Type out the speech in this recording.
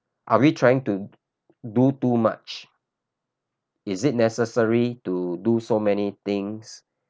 are we trying to do too much is it necessary to do so many things